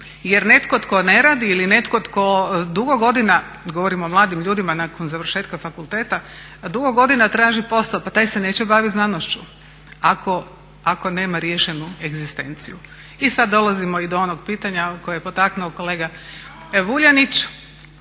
Jer netko tko ne radi ili netko tko dugo godina, govorim o mladim ljudima nakon završetka fakulteta, dugo godina traži posao. Pa taj se neće bavit znanošću ako nema riješenu egzistenciju. I sad dolazimo i do onog pitanja koje je potaknuo kolega Vuljanić.